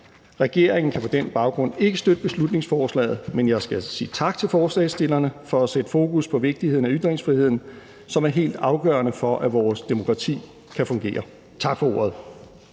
Regeringen kan på den baggrund ikke støtte beslutningsforslaget, men jeg skal sige tak til forslagsstillerne for at sætte fokus på vigtigheden af ytringsfriheden, som er helt afgørende for, at vores demokrati kan fungere. Tak for ordet.